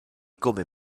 come